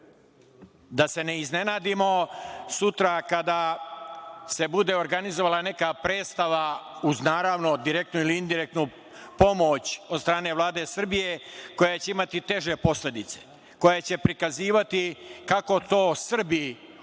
se ne iznenadimo sutra kada se bude organizovala neka predstava, uz direktnu ili indirektnu pomoć od strane Vlade Srbije, koja će imati teže posledice, koja će prikazivati kako to Srbi ubijaju